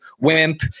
wimp